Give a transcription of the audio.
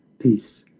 peace,